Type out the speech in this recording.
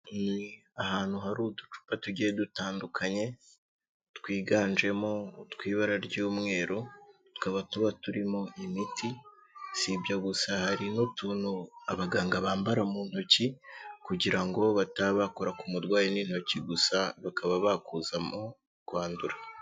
Ni ahantu hari uducupa tugiye dutandukanye twiganjemo utw'ibara ry'umweru tukaba tuba turimo imiti, si ibyo gusa hari n'utuntu abaganga bambara mu ntoki kugira ngo batabe bakora ku murwayi n'intoki gusa, bakaba bakuzamo kwandura.